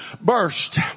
burst